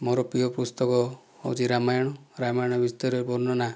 ମୋର ପ୍ରିୟ ପୁସ୍ତକ ହେଉଛି ରାମାୟଣ ରାମାୟଣ ବିଷୟରେ ବର୍ଣ୍ଣନା